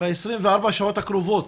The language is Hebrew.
ב-24 השעות הקרובות?